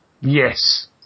Yes